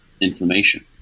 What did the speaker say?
inflammation